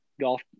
golf